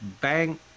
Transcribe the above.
Bang